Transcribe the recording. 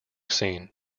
scene